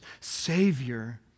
Savior